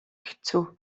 хэцүү